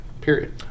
period